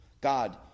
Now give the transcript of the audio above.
God